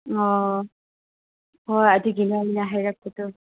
ꯑꯣ ꯍꯣꯏ ꯑꯗꯨꯒꯤꯅꯦ ꯑꯩꯅ ꯍꯥꯏꯔꯛꯄꯗꯣ